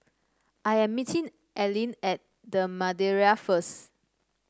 I am meeting Allyn at The Madeira first